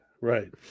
right